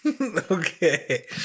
okay